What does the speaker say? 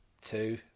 Two